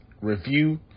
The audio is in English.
review